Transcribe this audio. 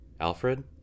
Alfred